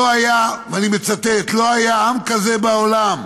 אני מצטט: לא היה עם כזה בעולם.